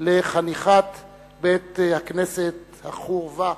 לחניכת בית-הכנסת "החורבה"